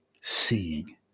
Seeing